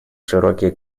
широкие